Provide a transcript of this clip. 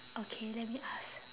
okay let me ask